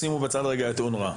שימו בצד את אונר"א.